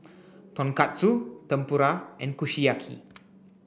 Tonkatsu Tempura and Kushiyaki